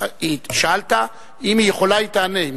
שאלת, אם היא יכולה, היא תענה.